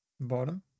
Bottom